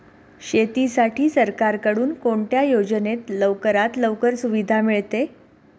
शेतीसाठी सरकारकडून कोणत्या योजनेत लवकरात लवकर सुविधा मिळते?